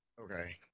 Okay